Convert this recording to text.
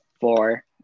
four